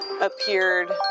appeared